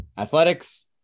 athletics